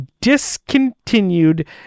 discontinued